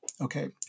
Okay